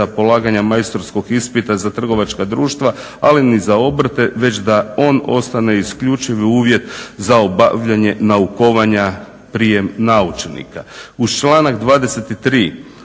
polaganja majstorskog ispita za trgovačka društva, ali ni za obrte već da on ostane isključivi uvjet za obavljanje naukovanja prijem naučnika. Uz članak 23.